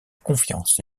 confiance